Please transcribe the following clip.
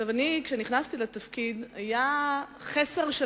כשנכנסתי לתפקיד היה חסר של,